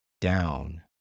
down